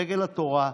דגל התורה,